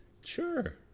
Sure